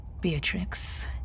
Beatrix